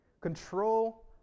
control